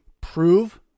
prove